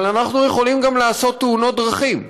אבל אנחנו יכולים גם לעשות תאונות דרכים.